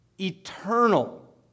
eternal